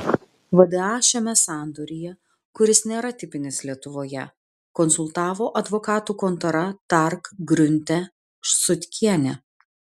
vda šiame sandoryje kuris nėra tipinis lietuvoje konsultavo advokatų kontora tark grunte sutkienė